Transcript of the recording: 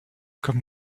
comme